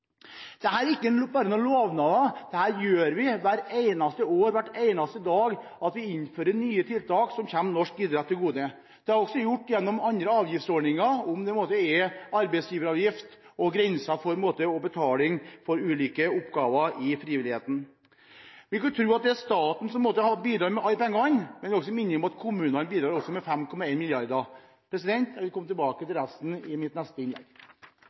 ikke bare lovnader, dette gjør vi hvert eneste år og hver eneste dag. Vi innfører nye tiltak som kommer norsk idrett til gode. Dette er også gjort gjennom andre avgiftsordninger, om det er arbeidsgiveravgift eller grensen når det gjelder betaling for ulike oppgaver i frivilligheten. Man kunne tro at det er staten som på en måte bidrar med alle pengene, men jeg må minne om at kommunene bidrar også med 5,1 mrd. kr. Jeg vil komme tilbake til resten i mitt neste innlegg.